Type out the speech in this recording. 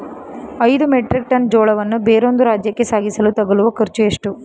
ಐದು metric ton ಜೋಳವನ್ನು ಬೇರೊಂದು ರಾಜ್ಯಕ್ಕೆ ಸಾಗಿಸಲು ತಗಲುವ ಖರ್ಚು ಎಷ್ಟು?